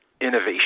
innovation